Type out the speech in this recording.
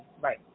Right